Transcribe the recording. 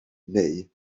neu